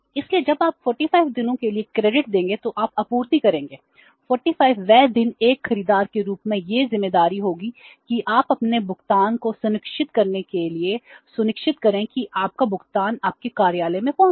इसलिए जब आप 45 दिनों के लिए क्रेडिट देंगे तो आप आपूर्ति करेंगे 45 वें दिन एक खरीदार के रूप में यह जिम्मेदारी होगी कि आप अपने भुगतान को सुनिश्चित करने के लिए सुनिश्चित करें कि आपका भुगतान आपके कार्यालय में पहुंचे